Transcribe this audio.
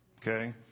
Okay